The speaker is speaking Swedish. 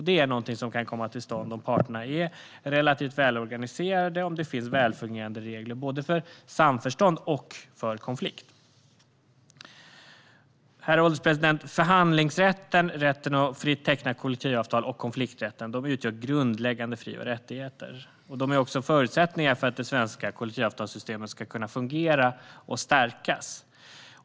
Detta är något som kan komma till stånd om parterna är relativt välorganiserade och om det finns välfungerande regler för både samförstånd och konflikt. Herr ålderspresident! Förhandlingsrätten, rätten att fritt teckna kollektivavtal och konflikträtten utgör grundläggande fri och rättigheter. De är också förutsättningar för att det svenska kollektivavtalssystemet ska kunna fungera och stärkas.